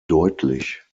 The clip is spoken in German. deutlich